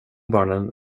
barnen